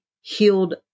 healed